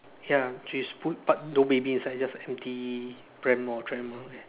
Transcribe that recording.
ya she's put but no baby inside just empty pram or tramp lor